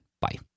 bye